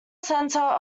centre